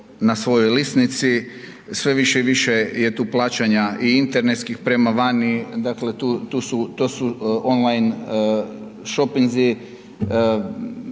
zvala sama